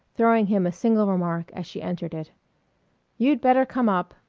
throwing him a single remark as she entered it you'd better come up.